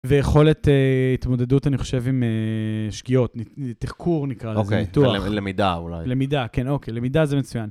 ויכולת התמודדות, אני חושב, עם שקיעות, תחקור נקרא לזה, אוקיי, ניתוח למידה אולי. למידה, כן, אוקיי, למידה זה מצוין.